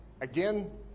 Again